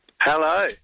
Hello